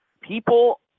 People